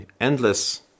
endless